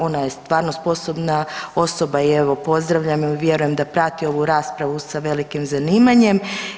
Ona je stvarno sposobna osoba i evo pozdravljam ju jer vjerujem da prati ovu raspravu sa velikim zanimanjem.